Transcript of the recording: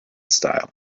style